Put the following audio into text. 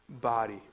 body